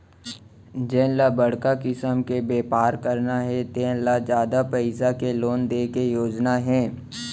जेन ल बड़का किसम के बेपार करना हे तेन ल जादा पइसा के लोन दे के योजना हे